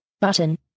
button